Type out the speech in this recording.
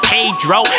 Pedro